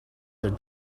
their